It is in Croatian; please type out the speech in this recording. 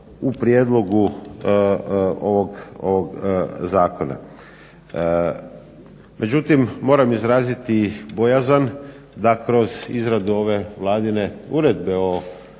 u prijedlogu ovog Zakona. Međutim, moram izraziti bojazan da kroz izradu ove vladine Uredbe o